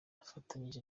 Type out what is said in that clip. nifatanyije